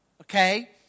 okay